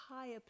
higher